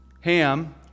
Ham